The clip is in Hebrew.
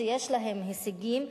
שיש להן הישגים,